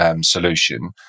solution